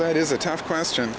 it is a tough question